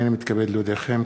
הנני מתכבד להודיעכם,